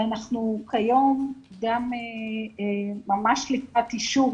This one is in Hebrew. ואנחנו כיום גם ממש לקראת אישור